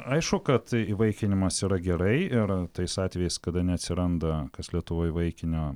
aišku kad įvaikinimas yra gerai ir tais atvejais kada neatsiranda kas lietuvoj įvaikinio